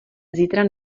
zítra